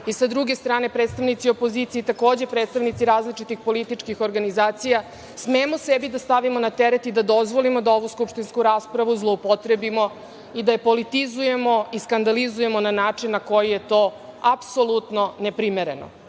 a sa druge strane predstavnici opozicije i, takođe, predstavnici različitih političkih organizacija, smemo sebi da stavimo na teret i da dozvolimo da ovu skupštinsku raspravu zloupotrebimo i da je politizujemo i skandalizujemo na način na koji je to apsolutno neprimereno?S